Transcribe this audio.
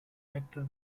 actor